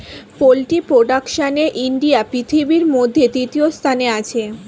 poultry প্রোডাকশনে India পৃথিবীর মধ্যে তৃতীয় স্থানে আছে